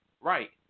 Right